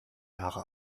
jahre